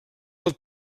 del